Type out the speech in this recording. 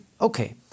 okay